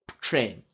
train